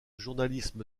journalisme